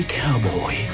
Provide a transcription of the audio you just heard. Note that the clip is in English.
cowboy